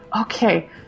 Okay